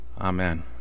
Amen